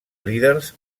líders